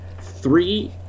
three